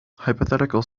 hypothetical